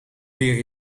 leren